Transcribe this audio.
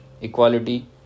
equality